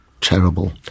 terrible